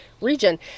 region